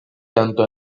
tanto